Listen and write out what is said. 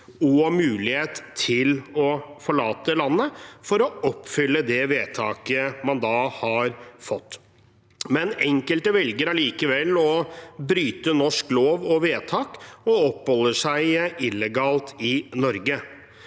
og mulighet til å forlate landet for å oppfylle det vedtaket man har fått. Enkelte velger allikevel å bryte norsk lov og vedtak og oppholder seg illegalt i Norge.